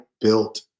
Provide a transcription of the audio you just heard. built